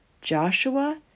Joshua